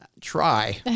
try